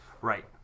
Right